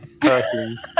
persons